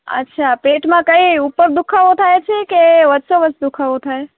અચ્છા પેટમાં કંઈ ઉપર દુઃખાવો થાય છે કે વચ્ચો વચ્ચ દુઃખાવો થાય